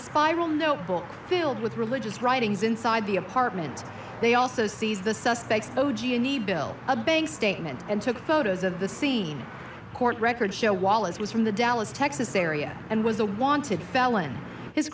notebook filled with religious writings inside the apartment they also seized the suspects bill a bank statement and took photos of the scene court records show wallace was from the dallas texas area and was a wanted felon his